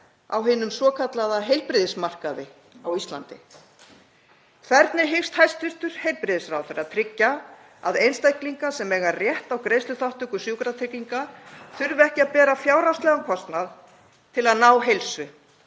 á hinum svokallaða heilbrigðismarkaði á Íslandi. Hvernig hyggst hæstv. heilbrigðisráðherra tryggja að einstaklingar sem eiga rétt á greiðsluþátttöku Sjúkratrygginga þurfi ekki að bera fjárhagslegan kostnað til að ná heilsu